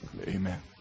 Amen